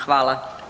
Hvala.